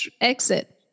exit